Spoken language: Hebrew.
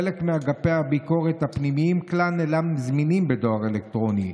חלק מאגפי הביקורת הפנימיים כלל אינם זמינים בדואר אלקטרוני.